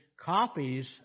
copies